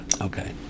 Okay